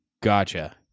Gotcha